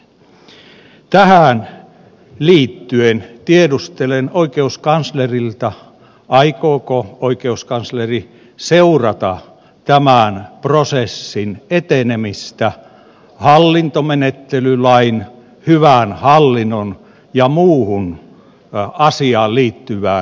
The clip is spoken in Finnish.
tähän liittyen tiedustelen oikeuskanslerilta aikooko oikeuskansleri seurata tämän prosessin etenemistä hallintomenettelylakiin hyvään hallintoon ja muuhun asiaan liittyvään lainsäädäntöön perustuen